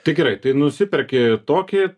tai gerai tai nusiperki tokį